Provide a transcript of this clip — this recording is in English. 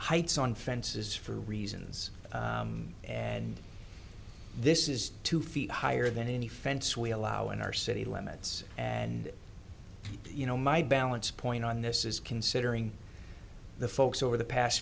heights on fences for reasons and this is two feet higher than any fence we allow in our city limits and you know my balance point on this is considering the folks over the past